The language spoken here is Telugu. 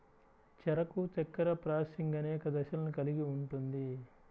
చెరకు చక్కెర ప్రాసెసింగ్ అనేక దశలను కలిగి ఉంటుంది